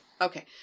Okay